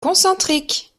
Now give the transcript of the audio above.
concentriques